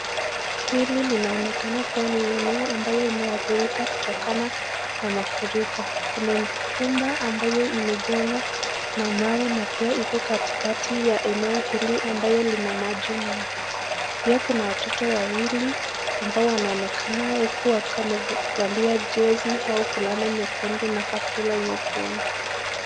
Eneo ambayo limeathirika kutokana na mafuriko. Kuna nyumba ambayo imejengwa na mawe na pia iko katikati ya eneo hili abayo lina maji mengi. Kuna watoto wawili ambao wanaonekana wamevalia jazi na kaptura nyekundu.